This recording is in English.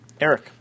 Eric